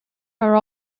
are